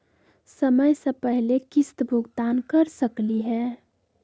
समय स पहले किस्त भुगतान कर सकली हे?